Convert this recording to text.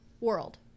world